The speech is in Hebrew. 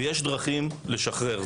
ויש דרכים לשחרר.